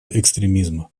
экстремизма